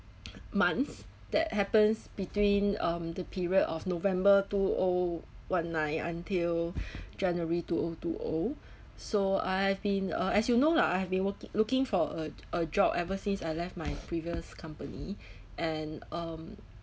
months that happens between um the period of november two O one nine until january two O two O so I've been uh as you know lah I have been worki~ looking for a a job ever since I left my previous company and um